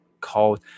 called